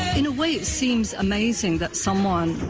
in weight seems amazing that someone